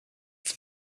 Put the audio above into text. for